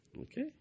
Okay